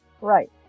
right